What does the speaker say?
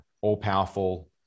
all-powerful